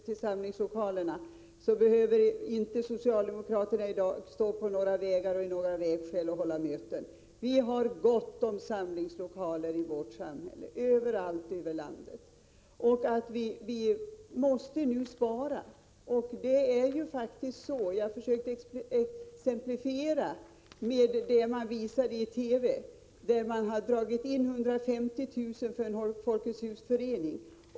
Herr talman! Jag tror faktiskt inte att socialdemokraterna i dag behöver stå i några vägskäl och hålla möten även om det statliga stödet till samlingslokaler avvecklas. Vi har gott om samlingslokaler i vårt samhälle, överallt i landet. Nu måste vi spara. Jag försökte exemplifiera med det som visades i TV från en ort där kommunen dragit in 150 000 kr. för en Folkets hus-förening.